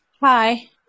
Hi